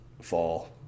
fall